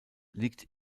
liegt